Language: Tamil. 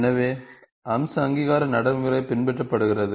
எனவே அம்ச அங்கீகார நடைமுறை பின்பற்றப்படுகிறது